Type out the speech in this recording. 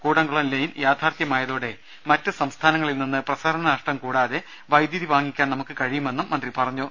Kudankulam line യാഥാർഥ്യമായതോടെ മറ്റു സംസ്ഥാനങ്ങളിൽ നിന്ന് പ്രസരണ നഷ്ടം കൂടാതെ വൈദ്യുതി വാങ്ങിക്കാൻ നമുക്ക് കഴിയുമെന്നും മന്ത്രി പറഞ്ഞു